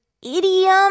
idiom